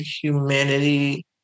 humanity